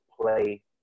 play